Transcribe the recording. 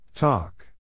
Talk